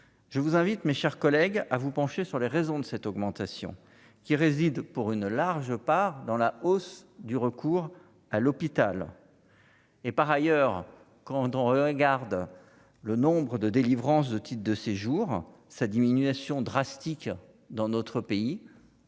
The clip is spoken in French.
je vous invite mes chers collègues, à vous pencher sur les raisons de cette augmentation, qui réside pour une large part dans la hausse du recours à l'hôpital et par ailleurs, quand on regarde le nombre de délivrance de titres de séjour sa diminution drastique dans notre pays,